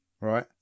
right